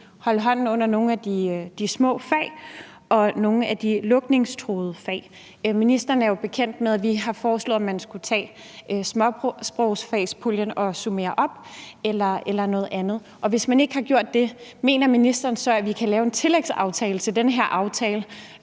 holde hånden under nogle af de små fag og nogle af de lukningstruede fag. Ministeren er jo bekendt med, at vi har foreslået, at man skulle tage småsprogfagspuljen og summere op eller noget andet. Og hvis man ikke har gjort det, mener ministeren så, at vi kan lave en tillægsaftale til den her aftale